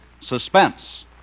Suspense